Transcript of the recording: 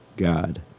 God